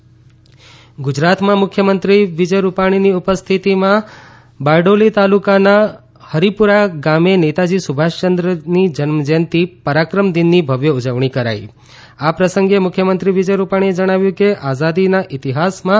મુખ્યમંત્રી ગુજરાત ગુજરાતના મુખ્યમંત્રી વિજયભાઈ રૂપાણીની ઉપસ્થિતિમાં બારડોલી તાલુકાના હરિપુરા ગામે નેતાજી સુભાષચંદ્રની જન્મજયંતિ પરાક્રમ દિનની ભવ્ય ઉજવણી આ પ્રસંગે મુખ્યમંત્રી વિજય રૂપાણીએ જણાવ્યું કે આઝાદીના ઈતિહાસમાં કરાઇ